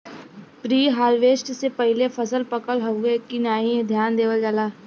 preharvest से पहिले फसल पकल हउवे की नाही ध्यान देवल जाला